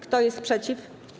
Kto jest przeciw?